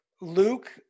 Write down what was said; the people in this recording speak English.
Luke